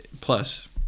plus